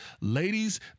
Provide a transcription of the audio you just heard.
Ladies